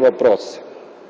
– въпросът